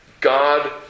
God